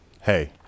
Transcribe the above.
hey